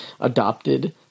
adopted